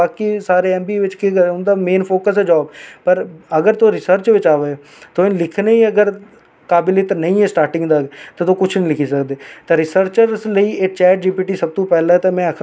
ठीक हां well settle हां पर ऐ हे कि साढ़े अपने कोला आसेंगी बाहरे आहले बह्त स्पोर्ट कीता साढ़े कटरे दे लोकें बड़ा स्पोर्ट कीता मेरे गी में मतलब कि हत्थ जोड़ियै उंदा अग्गै बी रिकवेस्ट करनी आं कि मिगी सब तू ज्यादा स्पोर्ट मेरे कटरे आहले